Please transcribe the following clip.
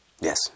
Yes